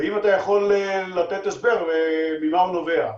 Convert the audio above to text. ואם תוכל להסביר, ממה הוא נובע.